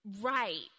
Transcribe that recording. Right